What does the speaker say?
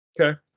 Okay